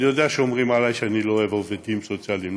אני יודע שאומרים עליי שאני לא אוהב עובדים סוציאליים.